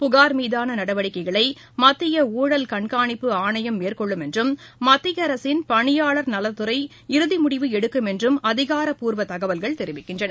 புகார் மீதான நடவடிக்கைகளை மத்திய ஊழல் கண்காணிப்பு ஆணையம் மேற்கொள்ளும் என்றும் மத்திய அரசின் பணியாளர் நலத்துறை இறுதி முடிவு எடுக்கும் என்றும் அதிகாரப்பூர்வ தகவல்கள் தெரிவிக்கின்றன